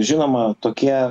žinoma tokie